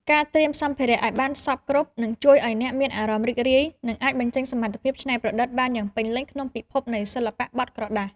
ការត្រៀមសម្ភារៈឱ្យបានសព្វគ្រប់នឹងជួយឱ្យអ្នកមានអារម្មណ៍រីករាយ និងអាចបញ្ចេញសមត្ថភាពច្នៃប្រឌិតបានយ៉ាងពេញលេញក្នុងពិភពនៃសិល្បៈបត់ក្រដាស។